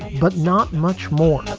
but not much more